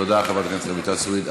תודה, חברת הכנסת רויטל סויד.